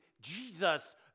Jesus